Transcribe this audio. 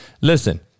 Listen